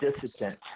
dissident